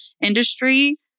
industry